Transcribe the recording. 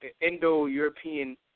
Indo-European